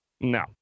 no